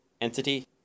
entity